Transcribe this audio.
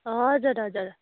हजुर हजुर